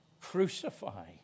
Crucify